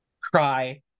Cry